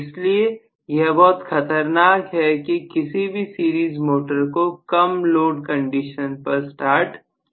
इसलिए यह बहुत खतरनाक है कि किसी भी सीरीज मोटर को कम लोड कंडीशन पर स्टार्ट किया जाए